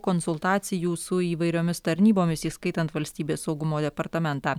konsultacijų su įvairiomis tarnybomis įskaitant valstybės saugumo departamentą